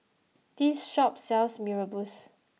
this shop sells Mee Rebus